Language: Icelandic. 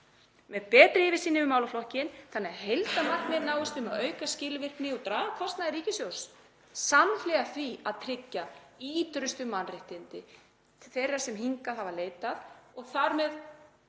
með betri yfirsýn yfir málaflokkinn þannig að heildarmarkmiðin náist um að auka skilvirkni og draga úr kostnaði ríkissjóðs, samhliða því að tryggja ítrustu mannréttindi þeirra sem hingað hafa leitað og þar með